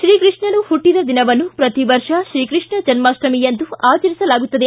ಶ್ರೀಕೃಷ್ಣನು ಹುಟ್ಟದ ದಿನವನ್ನು ಪ್ರತಿ ವರ್ಷ ಶ್ರೀಕೃಷ್ಣ ಜನ್ಮಾಪ್ಟಮಿ ಎಂದು ಆಚರಿಸಲಾಗುತ್ತದೆ